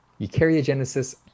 eukaryogenesis